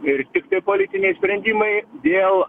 ir tiktai politiniai sprendimai dėl